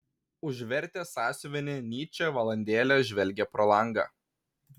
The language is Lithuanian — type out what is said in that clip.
užvertęs sąsiuvinį nyčė valandėlę žvelgė pro langą